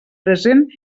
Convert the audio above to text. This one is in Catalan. present